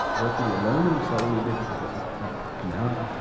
virtually alone in the scholarly literature up to now,